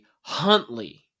Huntley